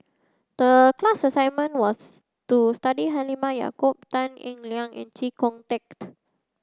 the class assignment was to study Halimah Yacob Tan Eng Liang and Chee Kong